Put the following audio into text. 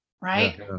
right